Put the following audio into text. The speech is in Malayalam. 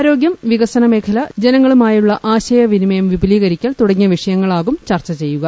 ആരോഗ്യം വികസന മേഖല ജനങ്ങളുമായുള്ള ആശയവിനിമയം വിപുലീകരിക്കൽ തുടങ്ങിയ വിഷയങ്ങളാകും ചർച്ച ചെയ്യുക